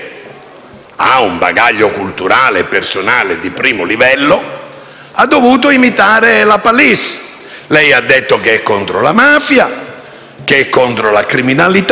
ha un bagaglio culturale e personale di primo livello, ha dovuto imitare La Palice. Lei ha detto che è contro la mafia, che è contro la criminalità,